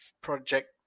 project